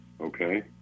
Okay